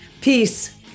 Peace